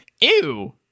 Ew